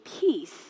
peace